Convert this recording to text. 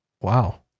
Wow